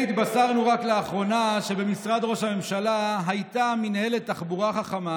הינה התבשרנו רק לאחרונה שבמשרד ראש הממשלה הייתה מינהלת תחבורה חכמה